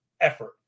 effort